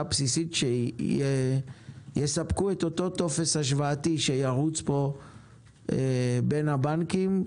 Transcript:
הבסיסית שיספקו אותו טופס השוואתי שירוץ פה בין הבנקים,